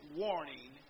warning